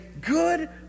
good